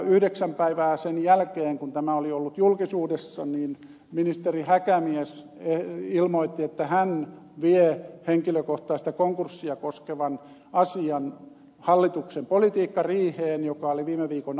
yhdeksän päivää sen jälkeen kun tämä oli ollut julkisuudessa ministeri häkämies ilmoitti että hän vie henkilökohtaista konkurssia koskevan asian hallituksen politiikkariiheen joka oli viime viikon alussa